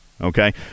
Okay